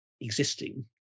existing